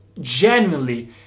genuinely